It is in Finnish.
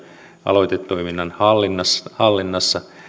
aloitetoiminnan hallinnassa hallinnassa